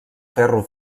ferro